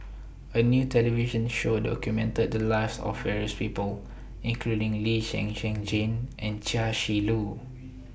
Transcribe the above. A New television Show documented The Lives of various People including Lee Zhen Zhen Jane and Chia Shi Lu